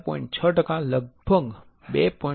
6 ટકા લગભગ 2